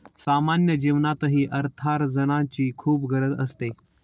सामान्य जीवनातही अर्थार्जनाची खूप गरज असते